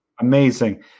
amazing